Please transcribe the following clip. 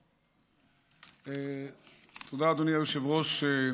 תודה, אדוני היושב-ראש.